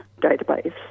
database